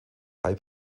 high